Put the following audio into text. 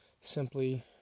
simply